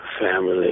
family